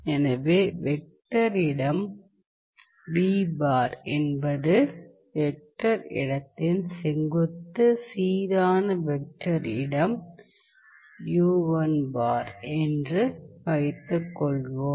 எனவே வெக்டர் இடம் என்பது வெக்டர் இடத்தின் செங்குத்து சீரான வெக்டர் இடம் என்று வைத்துக் கொள்வோம்